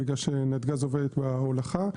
בגלל שנתג"ז עובדת בהולכה,